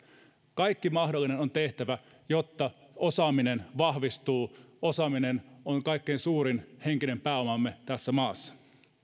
kaikki mahdollinen on tehtävä jotta osaaminen vahvistuu osaaminen on kaikkein suurin henkinen pääomamme tässä maassa